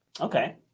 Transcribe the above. Okay